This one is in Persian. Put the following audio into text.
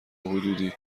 حدودی